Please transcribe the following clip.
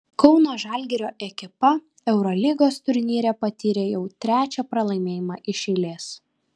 kauno žalgirio ekipa eurolygos turnyre patyrė jau trečią pralaimėjimą iš eilės